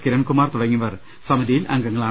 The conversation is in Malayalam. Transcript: കിരൺകുമാർ തുടങ്ങിയവർ സമിതിയിൽ അംഗങ്ങളാണ്